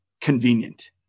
convenient